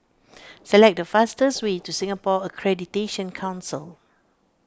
select the fastest way to Singapore Accreditation Council